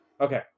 okay